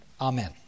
Amen